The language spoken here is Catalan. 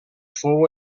fou